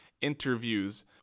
interviews